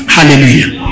Hallelujah